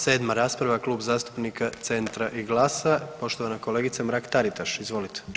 7. Rasprava, Kluba zastupnika Centra i GLAS-a, poštovana kolegica Mrak-Taritaš, izvolite.